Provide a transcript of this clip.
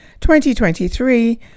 2023